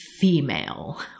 female